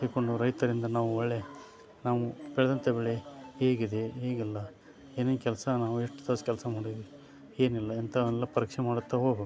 ತೆಗೆದುಕೊಂಡು ರೈತರಿಂದ ನಾವು ಒಳ್ಳೆ ನಾವು ಬೆಳೆದಂಥ ಬೆಳೆ ಹೇಗಿದೆ ಹೇಗಿಲ್ಲ ಏನೇನು ಕೆಲಸ ನಾವು ಎಷ್ಟು ತಾಸು ಕೆಲಸ ಮಾಡಿದೀವಿ ಏನಿಲ್ಲ ಅಂತ ಎಲ್ಲ ಪರೀಕ್ಷೆ ಮಾಡುತ್ತಾ ಹೋಗಬೇಕು